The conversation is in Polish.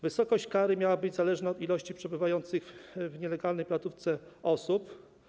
Wysokość kary miałaby być zależna od liczby przebywających w nielegalnej placówce osób.